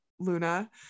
luna